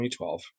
2012